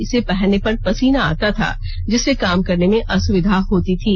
इसे पहनने पर पसीना आता था जिससे काम करने में असुविधा होती थी